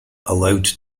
allowed